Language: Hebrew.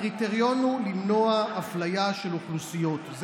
הקריטריון הוא למנוע אפליה של אוכלוסיות.